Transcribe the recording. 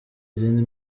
izindi